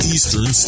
Eastern